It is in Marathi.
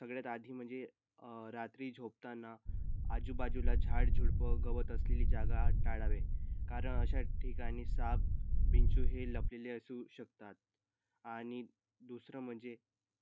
सगळ्यात आधी म्हणजे रात्री झोपताना आजूबाजूला झाड झुडपं गवत असलेली जागा टाळावे कारण अशा ठिकाणी साप विंचू हे लपलेले असू शकतात आनि दुसरं म्हणजे